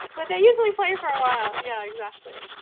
well, they usually play for a while yeah, exactly.